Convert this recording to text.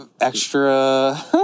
extra